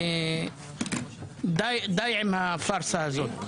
די עם הפארסה הזאת.